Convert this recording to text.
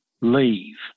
leave